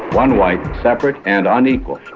one white separate and unequal.